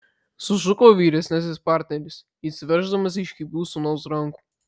sušuko vyresnysis partneris išsiverždamas iš kibių sūnaus rankų